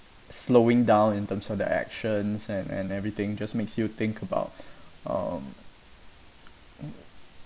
slowing down in terms of their actions and and everything just makes you think about um